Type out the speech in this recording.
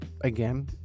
again